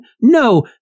No